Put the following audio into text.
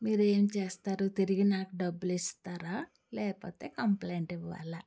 మీరు ఏం చేస్తారు తిరిగి నాకు డబ్బులు ఇస్తారా లేకపోతే కంప్లైంట్ ఇవ్వాలా